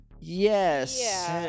Yes